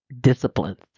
Disciplines